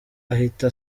ahita